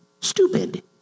stupid